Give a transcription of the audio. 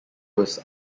was